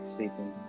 Sleeping